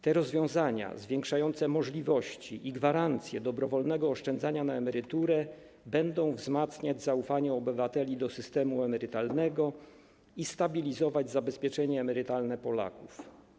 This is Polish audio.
Te rozwiązania zwiększające możliwości i gwarancje dobrowolnego oszczędzania na emeryturę będą wzmacniać zaufanie obywateli do systemu emerytalnego i stabilizować zabezpieczenie emerytalne Polaków.